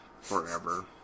forever